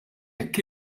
jekk